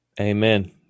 amen